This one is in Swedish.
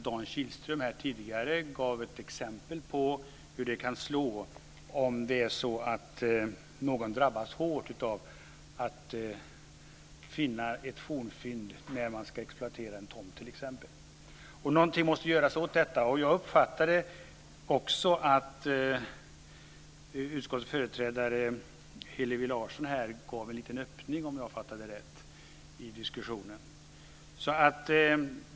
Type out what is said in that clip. Dan Kihlström gav tidigare här exempel på hur det kan slå om någon drabbas hårt av att finna ett fornfynd t.ex. när en tomt ska exploateras. Något måste alltså göras åt saken. Jag uppfattade att utskottets företrädare Hillevi Larsson gav en liten öppning i diskussionen - om jag nu förstod det rätt.